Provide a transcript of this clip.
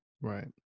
Right